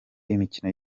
imikino